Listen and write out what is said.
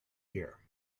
here